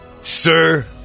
Sir